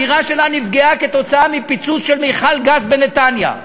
הדירה שלה נפגעה כתוצאה מפיצוץ של מכל גז בנתניה.